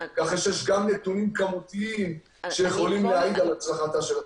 כך שיש גם נתונים כמותיים שיכולים להעיד על הצלחתה של התוכנית.